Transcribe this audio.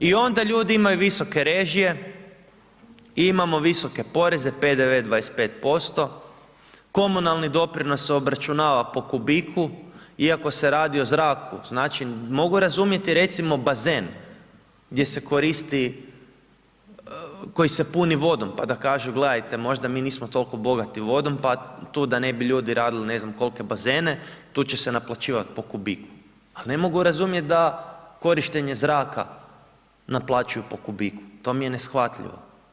I onda ljudi imaju visoke režije, imamo visoke poreze, PDV 25%, komunalni doprinos se obračunava po kubiku iako se radi o zraku, znači mogu razumjeti recimo bazen gdje se koristi, koji se puni vodom pa da kažu gledajte, možda mi nismo toliko bogati vodom pa tu da ne bi ljudi radili ne znam kolike bazene, tu će se naplaćivati po kubiku ali ne mogu razumjet da korištenje zraka naplaćuju po kubiku, to mi je neshvatljivo.